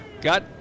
got